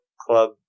club